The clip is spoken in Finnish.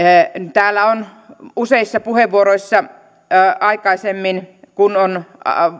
täällä on useissa puheenvuoroissa aikaisemmin kun on